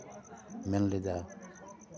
ᱢᱮᱱ ᱞᱮᱫᱟ